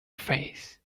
face